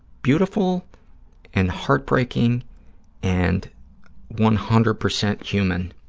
beautiful and heartbreaking and one hundred percent human,